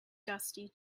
dusty